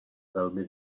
velmi